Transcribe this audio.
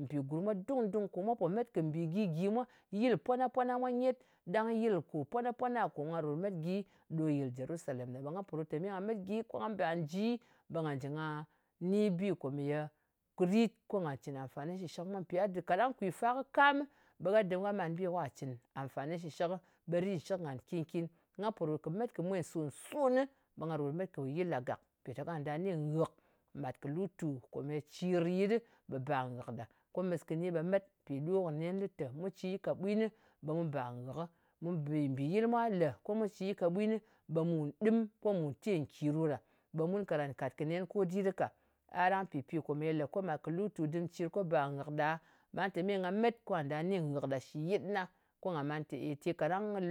Mpì gurm mwa dung-dung mwa po met kɨ mbì gyi-gyi mwa, yɨl pwana-pwana mwa nyet, ɗang yɨl kò pwana-pwana kò nga ròt met gyi ɗo yɨl jerusalem ɗa. Ɓe nga pò rot te me nga met gyi, ko nga ba ji, ɓe nga jɨ nga ni bi kò ye put ɗɨ, ko nga cɨn amfani shɨshɨk. Mpì kaɗang kwi fa kɨ kamɨ, ɓe gha dɨm gha man bi ka cɨn amfani shɨshɨk. Ɓe ritnshɨk ngan nkin-kin. Nga pò ròt kɨ met kɨ mwèn sòn-sònɨ, ɓe nga pò ròt kɨ met kɨ yɨl ɗa gak. Mpì kà ndà ni ghɨk kɨ mat kɨ lutu, komeye cir yɨt ɗɨ ɓe bar nghɨk ɗa. Ko mɨs kɨni ɓe met. Mpì ɗo kɨ nen lɨ te mu ci yɨt kaɓwinɨ ɓe mu ba ngɨk. Mu gyi mbì yɨl mwa lē ko mu cì yɨt kaɓwinɨ, ɓe mu ɗɨm, ko mu te nki ɗo ɗa. Ɓe mun karan kat kɨ nenɨ ko dit ɗɨ ka. A ɗang pɨpi mē lē ko mat kɨ lutu dɨm cir ko ba nghɨk ɗa, ɓa te me nga met ka nda ni nghɨk ɗa shɨ yitna. Ko nga man tè ey, te